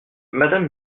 madame